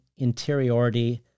interiority